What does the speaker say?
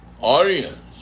Audience